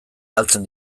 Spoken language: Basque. galtzen